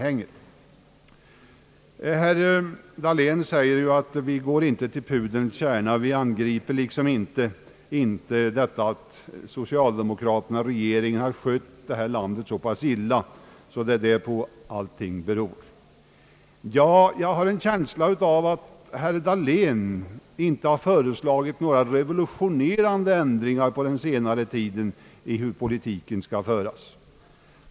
Herr Dahlén säger, att vi inte går till pudelns kärna; att vi inte angriper det förhållandet att socialdemokraterna och regeringen har skött rikets angelägenheter så pass illa och att det är på detta som alla svårigheter beror. Jag har en känsla av att inte heller herr Dahlén på den senare tiden har föreslagit några revolutionerande ändringar i fråga om hur politiken skall föras.